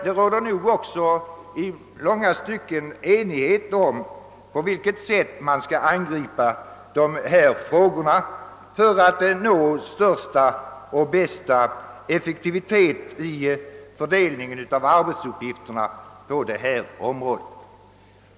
Det råder nog också i långa stycken enighet om på vilket sätt man bör angripa dessa frågor för att nå största effektivitet i fördelningen av arbetsuppgifterna.